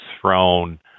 thrown